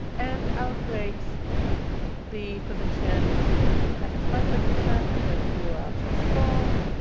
and i'll create the position that is my position, i'm going to do a transform,